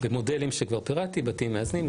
במודלים שכבר פירטתי: בתים מאזנים,